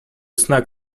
snag